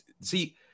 see